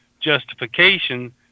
justification